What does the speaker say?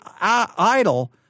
idle